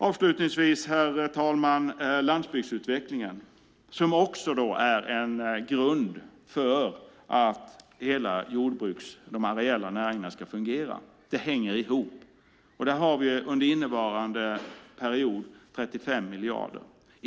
Avslutningsvis, herr talman, om landsbygdsutvecklingen som också är en grund för att de areella näringarna ska fungera. Det hänger ihop. Där har vi under innevarande period 35 miljarder.